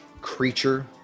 creature